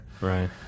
Right